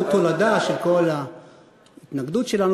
והוא תולדה של כל ההתנגדות שלנו